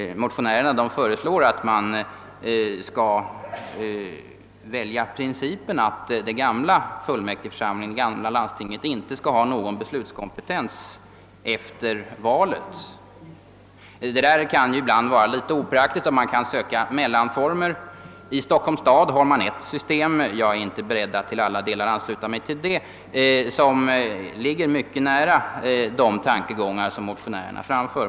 Motionärerna föreslår att man skall följa principen att den gamla fullmäktigförsamlingen eller landstinget inte skall ha någon beslutskompetens efter valet. Detta kan ibland vara litet opraktiskt men det finns ju möjlighet att åstadkomma mellanformer. I Stockholms stad tillämpas ett system som jag dock inte är beredd att i alla delar ansluta mig till, som ligger mycket nära de tankegångar motionärerna framför.